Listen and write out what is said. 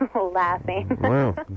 laughing